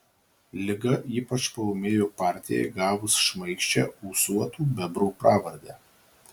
liga ypač paūmėjo partijai gavus šmaikščią ūsuotų bebrų pravardę